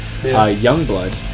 Youngblood